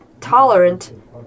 tolerant